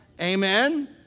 Amen